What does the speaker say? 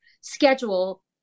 schedule